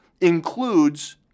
includes